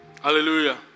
Hallelujah